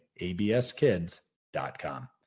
abskids.com